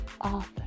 author